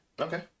Okay